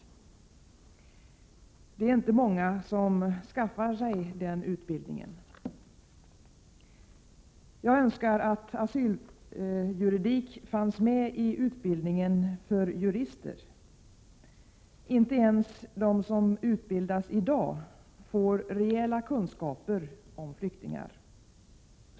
Det är inte många som skaffar den utbildningen. Jag önskar att asyljuridik fanns med i utbildningen för jurister. Inte ens de som utbildas i dag får rejäla kunskaper om flyktingar.